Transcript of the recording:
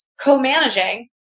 co-managing